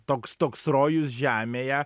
toks toks rojus žemėje